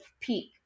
peak